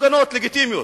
הפגנות לגיטימיות,